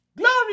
Glory